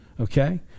Okay